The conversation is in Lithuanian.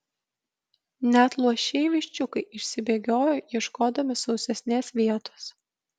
net luošiai viščiukai išsibėgiojo ieškodami sausesnės vietos